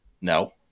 No